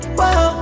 whoa